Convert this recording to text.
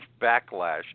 backlash